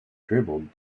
dribbled